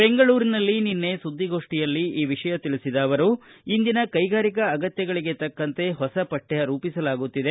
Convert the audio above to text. ಬೆಂಗಳೂರಿನಲ್ಲಿ ನಿನ್ನೆ ಸುದ್ದಿಗೋಷ್ಠಿಯಲ್ಲಿ ಈ ವಿಷಯ ತಿಳಿಸಿದ ಅವರು ಇಂದಿನ ಕೈಗಾರಿಕಾ ಅಗತ್ಯಗಳಿಗೆ ತಕ್ಕಂತೆ ಹೊಸ ಪಕ್ಕ ರೂಪಿಸಲಾಗುತ್ತಿದೆ